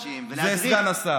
זה סגן השר.